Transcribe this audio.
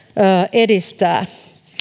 edistää